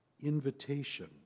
invitation